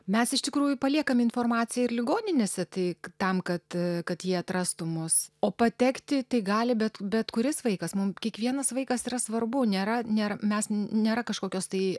mes iš tikrųjų paliekam informaciją ir ligoninėse tai tam kad kad jie atrastų mus o patekti tai gali bet bet kuris vaikas mums kiekvienas vaikas yra svarbu nėra nėra mes nėra kažkokios tai